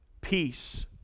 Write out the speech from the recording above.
peace